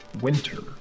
winter